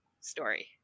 story